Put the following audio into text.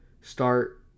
start